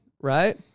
right